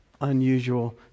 unusual